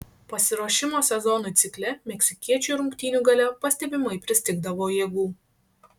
pasiruošimo sezonui cikle meksikiečiui rungtynių gale pastebimai pristigdavo jėgų